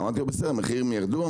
אמרתי לו בסדר המחירים ירדו,